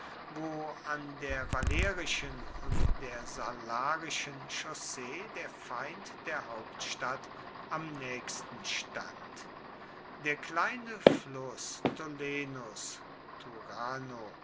wo an der valerischen und der salarischen chaussee der feind der hauptstadt am nächsten stand der kleine fluß tolenus